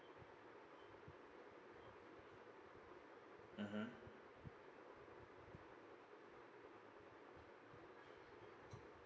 mmhmm